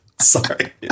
Sorry